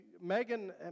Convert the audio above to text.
Megan